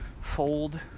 fold